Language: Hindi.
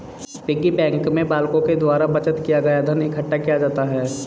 पिग्गी बैंक में बालकों के द्वारा बचत किया गया धन इकट्ठा किया जाता है